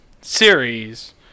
series